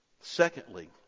Secondly